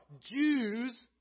Jews